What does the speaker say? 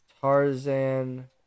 Tarzan